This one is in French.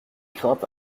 crainte